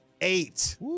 eight